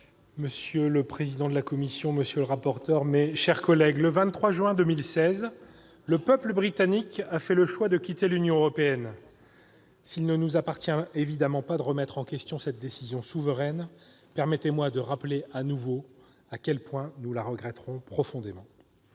monsieur le président de la commission spéciale, monsieur le rapporteur, mes chers collègues, le 23 juin 2016, le peuple britannique a fait le choix de quitter l'Union européenne. S'il ne nous appartient évidemment pas de remettre en question cette décision souveraine, permettez-moi de rappeler de nouveau à quel point nous la regretterons profondément.